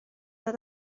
dod